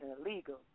illegal